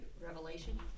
Revelation